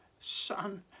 son